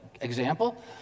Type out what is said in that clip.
Example